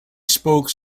spoke